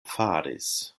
faris